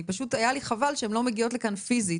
אני פשוט מה שהיה לי חבל זה שהן לא מגיעות לכאן פיזית.